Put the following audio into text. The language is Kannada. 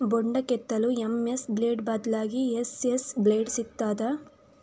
ಬೊಂಡ ಕೆತ್ತಲು ಎಂ.ಎಸ್ ಬ್ಲೇಡ್ ಬದ್ಲಾಗಿ ಎಸ್.ಎಸ್ ಬ್ಲೇಡ್ ಸಿಕ್ತಾದ?